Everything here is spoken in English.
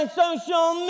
social